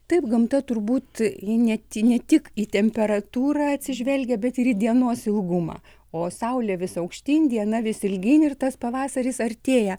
taip gamta turbūt ji ne tik ne tik į temperatūrą atsižvelgia bet ir į dienos ilgumą o saulė vis aukštyn diena vis ilgyn ir tas pavasaris artėja